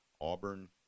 Auburn